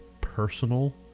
personal